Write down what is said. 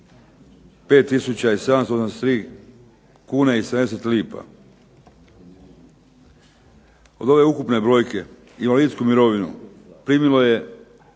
5783,70 kuna. Od ove ukupne brojke invalidsku mirovinu primilo je